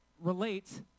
relate